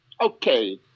Okay